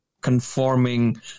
conforming